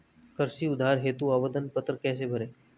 कृषि उधार हेतु आवेदन पत्र कैसे भरें?